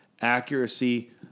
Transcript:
accuracy